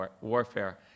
warfare